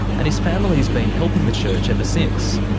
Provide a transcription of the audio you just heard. and his family's been helping the church ever since.